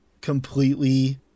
completely